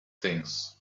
things